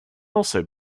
also